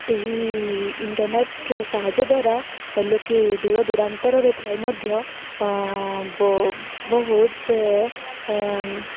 ଏହି ଇଣ୍ଟରନେଟ ସାହାଯ୍ୟ ଦ୍ୱାରା ଲୋକେ ଦୂରଦୂରାନ୍ତରରେ ଥାଇ ମଧ୍ୟ ବହୁତ